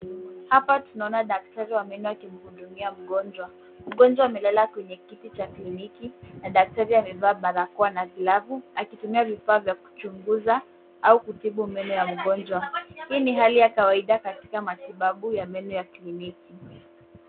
Hapa, tunaona daktari wa meno akimhudumia mgonjwa. Mgonjwa amelala kwenye kiti cha kliniki, na daktari amevaa barakoa na glavu, akitumia vifaa vya kuchunguza au kutibu meno ya mgonjwa. Hii ni hali ya kawaida katika matibabu ya meno ya kliniki.